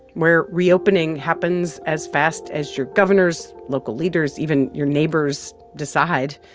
where reopening happens as fast as your governors, local leaders, even your neighbors decide.